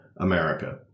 America